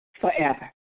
forever